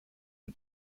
who